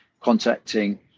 contacting